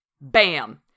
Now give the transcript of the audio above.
bam